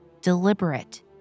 deliberate